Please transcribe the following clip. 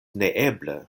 neeble